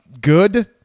good